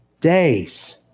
days